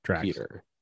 Peter